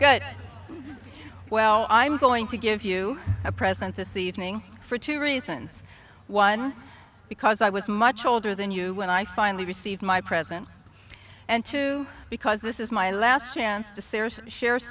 good well i'm going to give you a present this evening for two reasons one because i was much older than you when i finally received my present and two because this is my last chance to sarah share